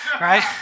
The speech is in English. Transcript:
right